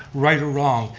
right or wrong.